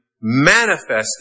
manifested